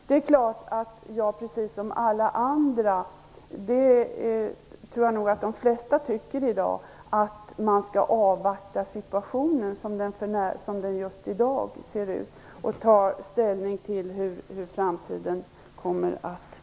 Det är klart att jag anser, precis som alla andra - jag tror att de flesta tycker det i dag - att man skall avvakta situationen såsom den är just i dag och ta ställning till hur framtiden kommer att bli.